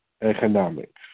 economics